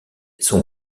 son